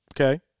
Okay